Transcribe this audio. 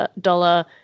dollar